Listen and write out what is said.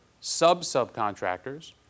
sub-subcontractors